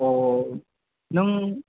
नों